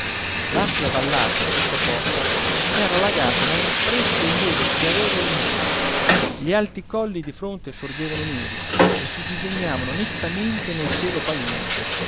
l'ampia vallata sottoposta era allagata da un fresco e lieve chiarore lunare gli alti colli di fronte sorgevano neri e si disegnavano nettamente nel cielo opalino